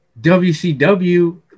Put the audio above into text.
WCW